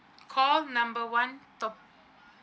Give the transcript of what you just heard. call number one top